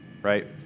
Right